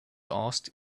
asked